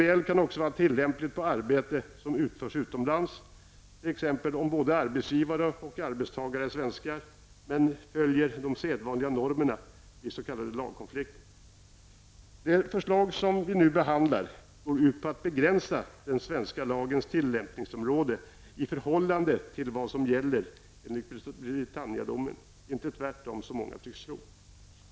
MBL kan också vara tillämplig på arbete som utförs utomlands, t.ex. om både arbetsgivare och arbetstagare är svenskar. Man följer de sedvanliga normerna vid s.k. lagkonflikter. Det förslag som vi nu behandlar går ut på att begränsa den svenska lagens tillämpningsområde i förhållande till vad som gäller enligt Britanniadomen, inte tvärtom, som många tycks tro.